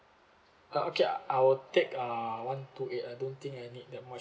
uh okay I I'll take uh one two eight I don't think I need that much